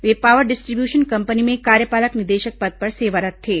वे power distribution company में कार्यपालक निदेशक पद पर सेवारत थे